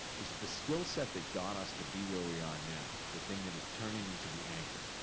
is the skill set that got us to be where we are now, the thing that is turning into the anchor?